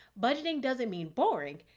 budgeting doesn't mean boring,